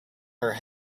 her